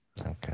Okay